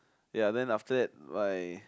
ya then after that my